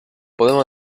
podemos